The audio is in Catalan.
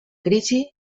crisi